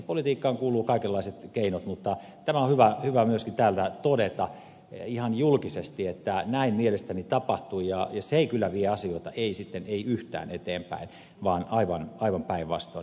politiikkaan kuuluu kaikenlaiset keinot mutta tämä on hyvä myöskin täältä todeta ihan julkisesti että näin mielestäni tapahtui ja se ei kyllä vie asioita ei sitten yhtään eteenpäin vaan aivan päinvastoin